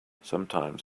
sometimes